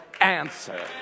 answer